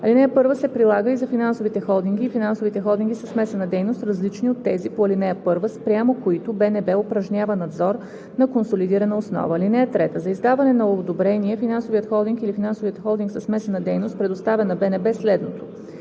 Алинея 1 се прилага и за финансовите холдинги и финансовите холдинги със смесена дейност, различни от тези по ал. 1, спрямо които БНБ упражнява надзор на консолидирана основа. (3) За издаване на одобрение финансовият холдинг или финансовият холдинг със смесена дейност предоставя на БНБ следното: